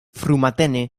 frumatene